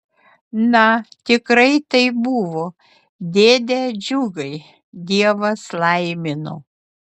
na tikrai taip buvo dėde džiugai dievas laimino